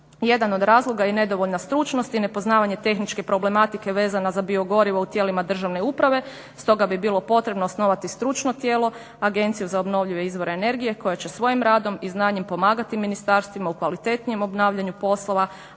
Jedan od razloga je nedovoljna stručnost i nepoznavanje tehničke problematike vezana za biogoriva u tijelima državne uprave. Stoga bi bilo potrebno osnovati stručno tijelo agencije za obnovljive izvore energije koja će svojim radom i znanjem pomagati ministarstvima u kvalitetnijem obnavljanju poslova,